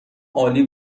عالی